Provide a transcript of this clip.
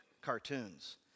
cartoons